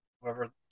whoever